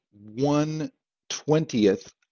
one-twentieth